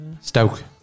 Stoke